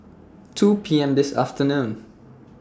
two P M This afternoon